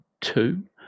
two